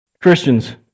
Christians